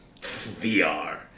VR